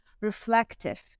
reflective